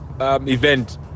event